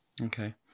Okay